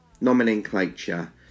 nomenclature